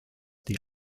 die